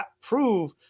prove